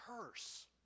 curse